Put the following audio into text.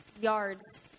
yards